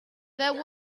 there